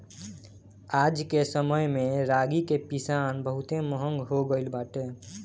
आजके समय में रागी के पिसान बहुते महंग हो गइल बाटे